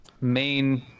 main